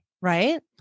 Right